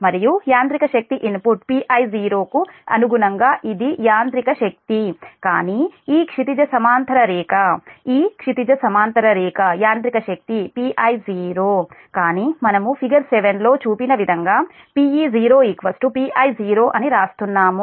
మరియు యాంత్రిక శక్తి ఇన్పుట్ Pi0 కు అనుగుణంగా ఇది యాంత్రిక శక్తి కానీ ఈ క్షితిజ సమాంతర రేఖ ఈ క్షితిజ సమాంతర రేఖ యాంత్రిక శక్తి Pi0 కానీ మనము ఫిగర్ 7 లో చూపిన విధంగా Pe0 Pi0 అని వ్రాస్తున్నాము